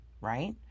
right